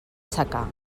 secà